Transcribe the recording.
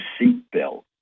seatbelt